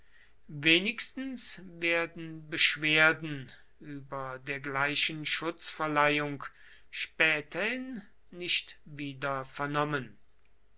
wenigstens werden beschwerden über dergleichen schutzverleihung späterhin nicht wieder vernommen